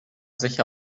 sicher